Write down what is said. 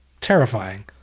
terrifying